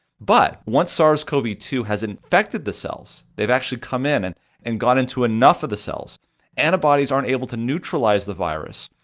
but once sars cov two has infected the cells, they've actually come in and and got into enough of the cells that antibodies aren't able to neutralize the virus,